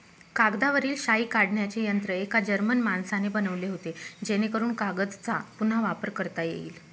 कागदावरील शाई काढण्याचे यंत्र एका जर्मन माणसाने बनवले होते जेणेकरून कागदचा पुन्हा वापर करता येईल